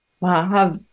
Wow